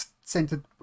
centered